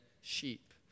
sheep